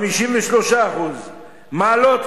53%; מעלות,